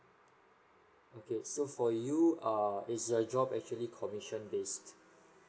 okay so for you err is your job actually commission based